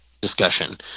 discussion